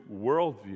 worldview